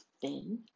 thin